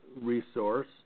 resource